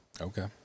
Okay